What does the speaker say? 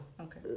Okay